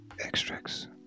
Extracts